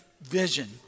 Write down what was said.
vision